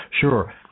Sure